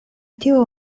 tiu